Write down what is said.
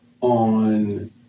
on